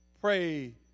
pray